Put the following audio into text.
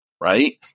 Right